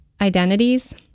identities